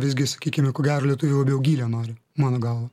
visgi sakykime ko gero lietuviai labiau gylio nori mano galva